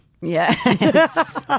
Yes